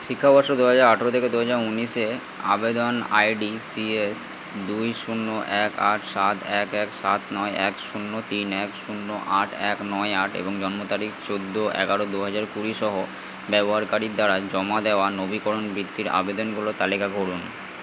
শিক্ষাবর্ষ দু হাজার আঠেরো থেকে দু হাজার ঊনিশে আবেদন আইডি সিএস দুই শূন্য এক আট সাত এক এক সাত নয় এক শূন্য তিন এক শূন্য আট এক নয় আট এবং জন্ম তারিখ চোদ্দো এগারো দু হাজার কুড়ি সহ ব্যবহারকারীর দ্বারা জমা দেওয়া নবীকরণ বৃত্তির আবেদনগুলোর তালিকা করুন